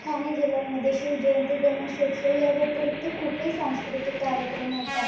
ठाणे जिल्ह्यांमध्ये शिवजयंती गणेशउत्सव ह्या व्यतिरिक्त खूपच सांस्कृतिक कार्यक्रम होतात